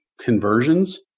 conversions